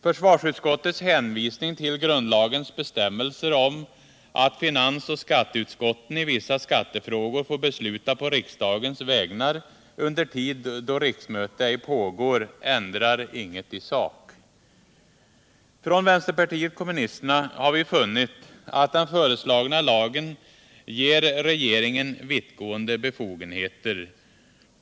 Försvarsutskottets hänvisning till grundlagens bestämmelser om att finansoch skatteutskotten i vissa skattefrågor får besluta på riksdagens vägnar under tid då riksmöte ej pågår ändrar inget i sak. Från vänsterpartiet kommunisterna har vi funnit att den föreslagna lagen ger regeringen vittgående befogenheter.